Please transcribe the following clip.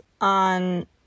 on